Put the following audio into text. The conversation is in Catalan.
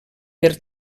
per